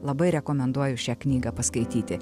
labai rekomenduoju šią knygą paskaityti